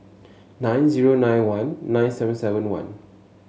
nine zero nine one nine seven seven one